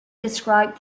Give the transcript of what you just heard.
described